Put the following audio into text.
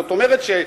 זאת אומרת,